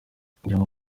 kugirango